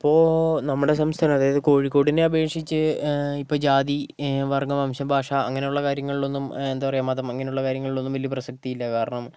ഇപ്പോൾ നമ്മുടെ സംസ്ഥാനം അതായത് കോഴിക്കോടിനെ അപേക്ഷിച്ച് ഇപ്പോൾ ജാതി വർഗ്ഗം വംശം ഭാഷ അങ്ങനെയുള്ള കാര്യങ്ങളിൽ ഒന്നും എന്താ പറയുക മതം അങ്ങനെയുള്ള കാര്യങ്ങളിൽ ഒന്നും വലിയ പ്രസക്തിയില്ല കാരണം